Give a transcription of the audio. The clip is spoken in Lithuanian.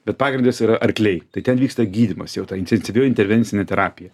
bet pagrindas yra arkliai tai ten vyksta gydymas jau ta incensyvioji intervencinė terapija